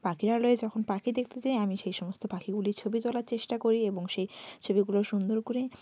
পাখিরালয়ে যখন পাখি দেখতে যাই আমি সেই সমস্ত পাখিগুলির ছবি তোলার চেষ্টা করি এবং সেই ছবিগুলো সুন্দর করে